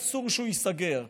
אסור שהוא ייסגר,